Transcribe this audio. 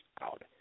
out